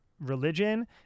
religion